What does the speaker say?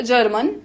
German